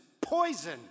poison